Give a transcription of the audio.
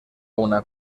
una